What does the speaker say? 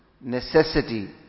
necessity